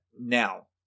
now